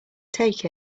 take